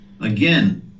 again